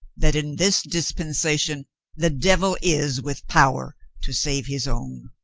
that in this dispensation the devil is with power to save his own.